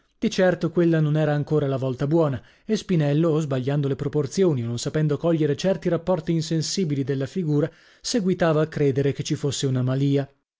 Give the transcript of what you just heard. di certo quella non era ancora la volta buona e spinello o sbagliando le proporzioni o non sapendo cogliere certi rapporti insensibili della figura seguitava a credere che ci fosse una malìa